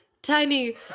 tiny